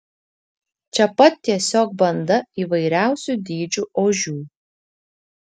čia pat tiesiog banda įvairiausių dydžių ožių